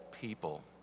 people